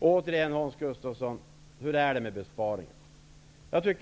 Återigen, Hans Gustafsson: Hur är det med besparingarna?